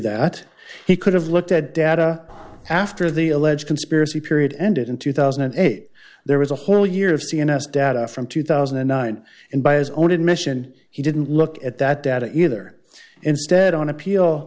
that he could have looked at data after the alleged conspiracy period ended in two thousand and eight there was a whole year of cns data from two thousand and nine and by his own admission he didn't look at that data either instead on appeal